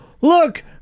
Look